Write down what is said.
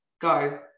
go